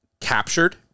captured